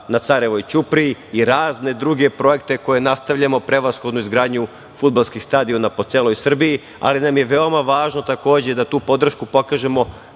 na Carevoj ćupriji i razne druge projekte koje nastavljamo, prevashodno izgradnju fudbalskih stadiona po celoj Srbiji, ali nam je veoma važno takođe da tu podršku pokažemo,